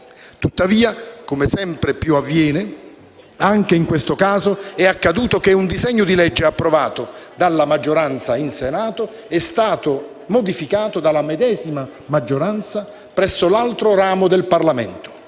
Tuttavia, come sempre più spesso avviene, anche in questo caso è accaduto che un disegno di legge approvato dalla maggioranza in Senato è stato modificato dalla medesima maggioranza presso l'altro ramo del Parlamento;